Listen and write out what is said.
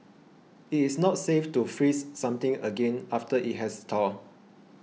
it is not safe to freeze something again after it has thawed